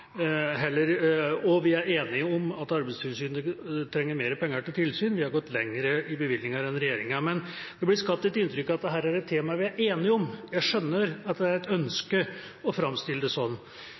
og vi er enige om at Arbeidstilsynet trenger mer penger til tilsyn – vi har gått lenger i bevilgninger enn regjeringa. Men det blir skapt et inntrykk av at dette er et tema vi er enige om. Jeg skjønner at det er et